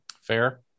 Fair